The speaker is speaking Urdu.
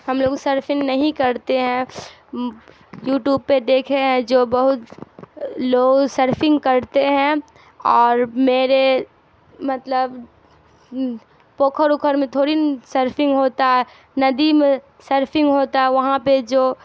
ہم لوگ سرفنگ نہیں کرتے ہیں یوٹیوب پہ دیکھے ہیں جو بہت لوگ سرفنگ کرتے ہیں اور میرے مطلب پوکھر اوکھر میں تھوڑی سرفنگ ہوتا ہے ندی میں سرفنگ ہوتا ہے وہاں پہ جو